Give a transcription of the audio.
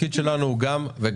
התפקיד שלנו הוא גם וגם.